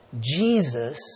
Jesus